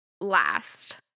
last